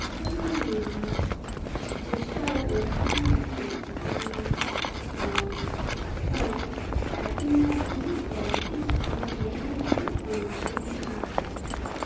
আশা করি চেষ্টা ও অনুশীলনের মাধ্যমে আমি একদিন না একদিন ঠিক আমার মনের মতো ছবি আঁকতে পারবো